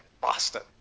Boston